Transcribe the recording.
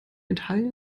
italien